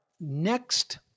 Next